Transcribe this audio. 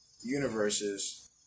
universes